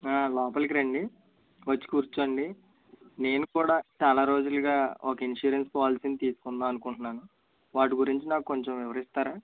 లోపలకి రండి వచ్చి కూర్చోండి నేను కూడా చాలా రోజులుగా ఒక ఇన్సూరెన్స్ పాలసీని తీసుకుందాం అనుకుంటున్నాను వాటి గురించి నాకు కొంచెం వివరిస్తారా